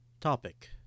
Topic